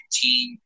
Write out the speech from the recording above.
team